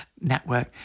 network